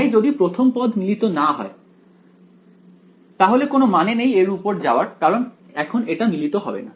তাই যদি প্রথম পদ মিলিত না হয় তাহলে কোন মানে নেই এর উপর যাওয়ার কারণ এখন এটা মিলিত হবে না